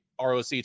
ROC